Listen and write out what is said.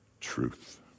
truth